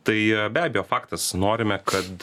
tai be abejo faktas norime kad